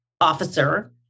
officer